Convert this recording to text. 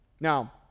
Now